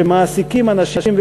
שמעסיקים אנשים,